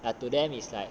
and to them is like